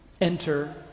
Enter